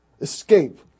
Escape